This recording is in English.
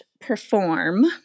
perform